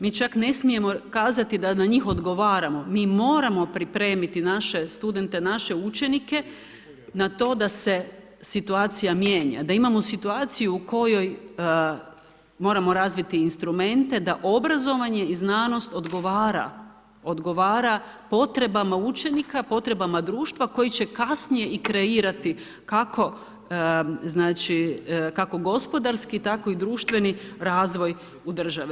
Mi čak ne smijemo kazati da na njih odgovaramo, mi moramo pripremiti naše studente, naše učenike na to da se situacija mijenja, da imamo situaciju u kojoj moramo razviti instrumente da obrazovanje i znanost odgovara potrebama učenika, potrebama društva koji će kasnije i kreirati kako gospodarski, tako i društveni razvoj u državi.